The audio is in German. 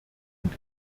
und